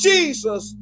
Jesus